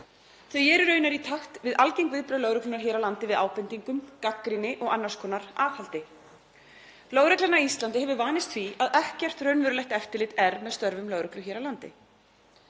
Þau eru raunar í takt við algeng viðbrögð lögreglunnar hér á landi við ábendingum, gagnrýni og annars konar aðhaldi. Lögreglan á Íslandi hefur vanist því að ekkert raunverulegt eftirlit sé með störfum lögreglu hér á landi.